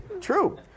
true